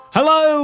Hello